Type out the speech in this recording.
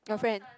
girlfriend